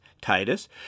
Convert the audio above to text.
Titus